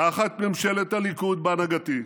תחת ממשלת הליכוד בהנהגתי,